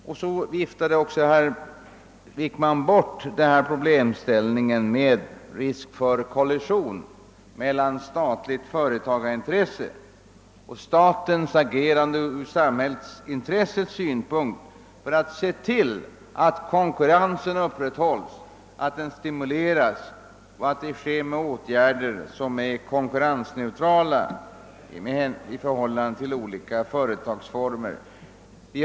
Herr Wickman viftade också bort problemställningen om en risk för kollision mellan statligt företagarintresse och statligt agerande från samhällsintressets synpunkt för att tillse att konkurrensen upprätthålls och stimuleras med åtgärder som är konkurrensneutrala i förhållande till olika företagsformer.